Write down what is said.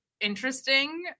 interesting